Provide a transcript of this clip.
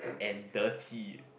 and dirty